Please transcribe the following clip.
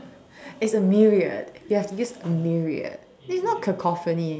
it's a myriad you have to use a myriad it's not cacophony